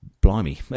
blimey